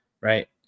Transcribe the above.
right